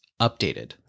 updated